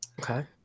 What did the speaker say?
Okay